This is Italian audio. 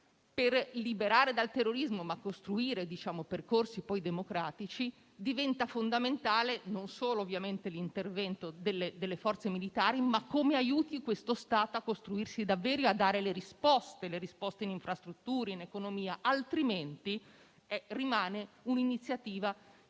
per liberare dal terrorismo e costruire dei percorsi democratici diventa fondamentale non solo l'intervento delle forze militari, ma come si aiuta questo Stato a costruirsi davvero e a dare le risposte, in infrastrutture e in economia. Altrimenti rimane un'iniziativa